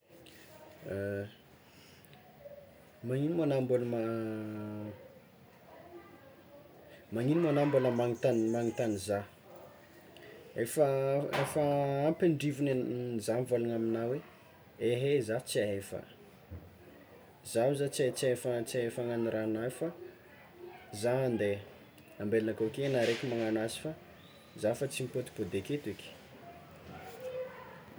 Magnino ma anao mbola ma- magnino ma anao mbola magnotany mbola magnotany zah, efa efa ampy andrivony eny zah mivôlana amina hoe ehe zah tsy ahefa, zah hoy zah tsy ahefa tsy ahefa agnano raha ana io fa zah andeha ambelako ake nareo koa magnagno azy fa za fa tsy mipodipody aketo eky.